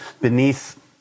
beneath